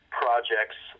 projects